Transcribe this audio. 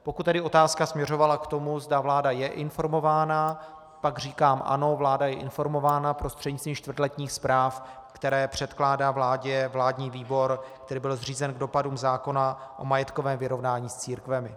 Pokud tedy otázka směřovala k tomu, zda vláda je informována, pak říkám ano, vláda je informována prostřednictvím čtvrtletních zpráv, které předkládá vládě vládní výbor, který byl zřízen k dopadům zákona o majetkovém vyrovnání s církvemi.